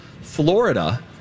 Florida